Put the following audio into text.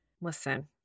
Listen